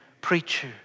preacher